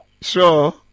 Sure